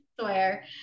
swear